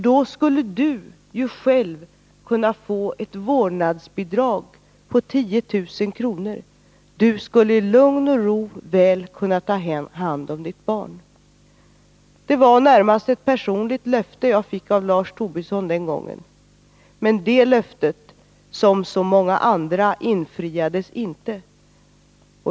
Då skulle ju du själv kunna få ett vårdnadsbidrag på 10 000 kr. Du skulle i lugn och ro väl kunna ta hand om ditt barn. Det var närmast ett personligt löfte jag fick av Lars Tobisson den gången. Men det löftet, som så många andra, infriades inte.